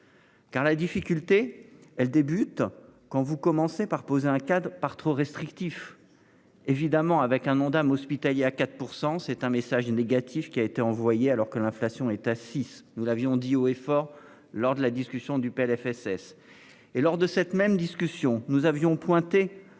Car la difficulté elle débute quand vous commencez par poser un cadre par trop restrictif. Évidemment avec un Ondam hospitalier à 4% c'est un message négatif qui a été envoyé, alors que l'inflation est à six, nous l'avions dit haut et fort lors de la discussion du PLFSS et lors de cette même discussion nous avions pointé